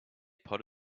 pot